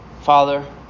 Father